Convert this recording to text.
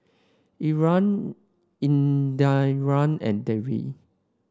Indira and Dev